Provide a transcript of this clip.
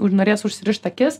už norės užsirišt akis